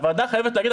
הוועדה חייבת להגיד,